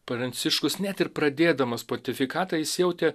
pranciškus net ir pradėdamas pontifikatą jis jautė